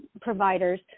providers